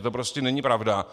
To prostě není pravda.